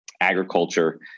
agriculture